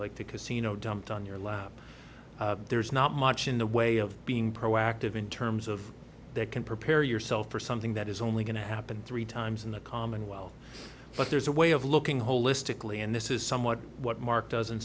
like the casino dumped on your lap there's not much in the way of being proactive in terms of that can prepare yourself for something that is only going to happen three times in the commonwealth but there's a way of looking holistically and this is somewhat what mark does